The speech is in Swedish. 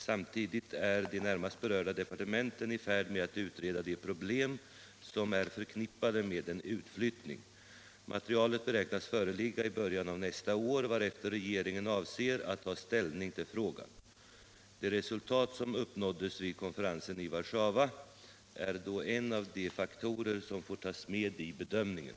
Samtidigt är de närmast berörda departementen i färd med att utreda de problem som är förknippade med en utflyttning. Materialet beräknas föreligga i början av nästa år, varefter regeringen avser att ta ställning till frågan. Det resultat som uppnåddes vid konferensen i Warszawa är då en av de faktorer som får tas med i bedömningen.